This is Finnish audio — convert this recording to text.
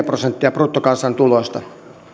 prosenttia bruttokansantulosta